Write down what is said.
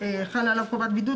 עשה עם שני העובדים האלה הסדר,